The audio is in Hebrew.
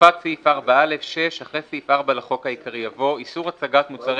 "הוספת סעיף 4א 6. אחרי סעיף 4 לחוק העיקרי יבוא: "איסור הצגת מוצרי